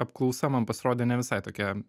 apklausa man pasirodė ne visai tokia